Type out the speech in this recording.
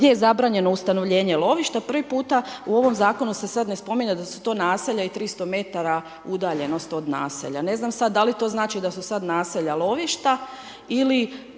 gdje je zabranjeno ustanovljenje lovišta, prvi puta u ovom zakonu se sad ne spominje da su to naselja i 300 m udaljenost od naselja. Ne znam sad da li to znači da su sad naselja lovišta ili